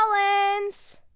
Collins